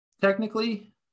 technically